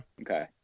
Okay